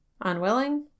unwilling